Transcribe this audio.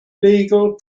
legal